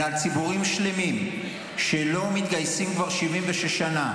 אלא על ציבורים שלמים שלא מתגייסים כבר 76 שנה,